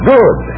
Good